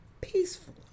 peaceful